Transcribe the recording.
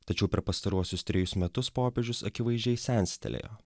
tačiau per pastaruosius trejus metus popiežius akivaizdžiai senstelėjo